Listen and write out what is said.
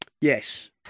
Yes